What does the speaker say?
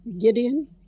Gideon